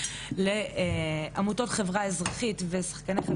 ולהסביר למה בעצם התוכן הזה פוגעני,